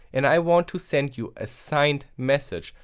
and i want to send you a signed message,